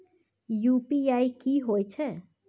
UPI की होय छै?